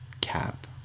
cap